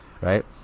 right